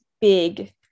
big